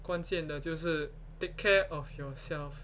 关键的就是 take care of yourself